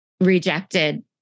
rejected